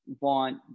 want